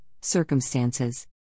circumstances